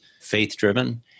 faith-driven